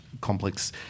complex